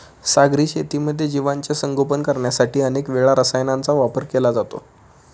सागरी शेतीमध्ये जीवांचे संगोपन करण्यासाठी अनेक वेळा रसायनांचा वापर केला जातो